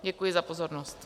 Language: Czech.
Děkuji za pozornost.